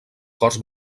corts